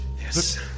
Yes